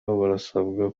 barasabwa